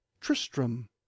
Tristram